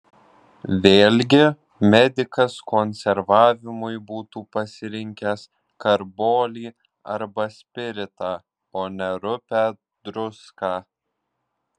vėlgi medikas konservavimui būtų pasirinkęs karbolį arba spiritą o ne rupią druską